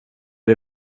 det